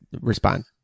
respond